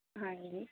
ਹਾਂਜੀ